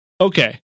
okay